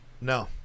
no